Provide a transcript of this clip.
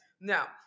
Now